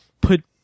put